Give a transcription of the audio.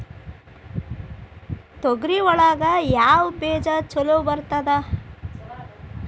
ತೊಗರಿ ಒಳಗ ಯಾವ ಬೇಜ ಛಲೋ ಬರ್ತದ?